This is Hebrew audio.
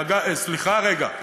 סליחה רגע,